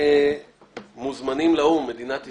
מדינת ישראל,